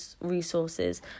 resources